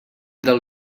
del